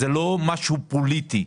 זה לא משהו פוליטי.